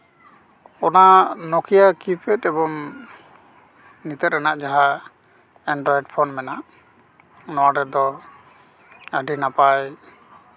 ᱚᱱᱟ Nokia keypad ᱮᱵᱚᱝ ᱱᱮᱛᱟᱨ ᱨᱮᱱᱟᱜ ᱡᱟᱦᱟᱸ ᱮᱱᱰᱨᱚᱭᱮᱰ ᱯᱷᱳᱱ ᱢᱮᱱᱟᱜᱼᱟ ᱱᱚᱰᱮ ᱫᱚ ᱟᱹᱰᱤ ᱱᱟᱯᱟᱭ